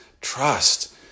Trust